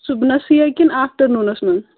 صُبحنَسٕے یا کِنہٕ آفٹَرنوٗنَس منٛز